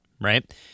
right